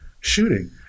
shooting